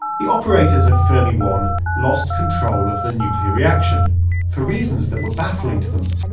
the operators at fermi one lost control of the nuclear reaction for reasons that were baffling to them.